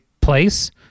place